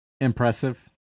Impressive